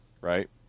right